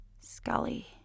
Scully